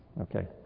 Okay